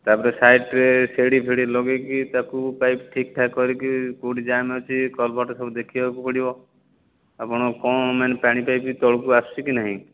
ତା ପରେ ସାଇଡ଼୍ରେ ସିଢ଼ି ଫିଢ଼ି ଲଗାଇକି ତାକୁ ପାଇପ୍ ଠିକ ଠାକ କରିକି କେଉଁଠି ଜାମ୍ ଅଛି କଲବରଟ ସବୁ ଦେଖିବାକୁ ପଡ଼ିବ ଆପଣଙ୍କ କଣ ମାନେ ପାଣି ପାଇପ୍ ତଳକୁ ଆସୁଛି କି ନାହିଁ